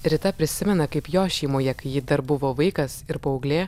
rita prisimena kaip jos šeimoje kai ji dar buvo vaikas ir paauglė